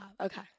okay